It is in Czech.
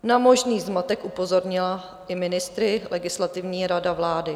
Na možný zmatek upozornila i ministry Legislativní rada vlády.